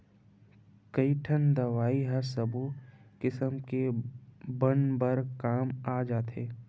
कइठन दवई ह सब्बो किसम के बन बर काम आ जाथे